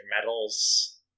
medals